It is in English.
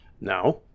Now